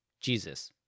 Jesus